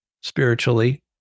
spiritually